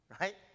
right